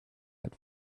had